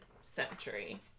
century